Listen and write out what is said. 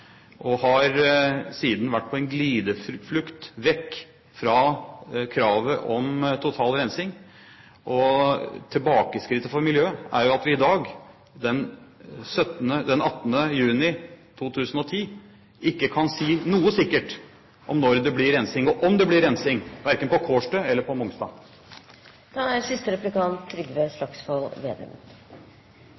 og har siden vært på en glideflukt vekk fra kravet om full rensing. Tilbakeskrittet for miljøet er jo at vi i dag – den 18. juni 2010 – ikke kan si noe sikkert om når det blir rensing, og om det blir rensing, verken på Kårstø eller på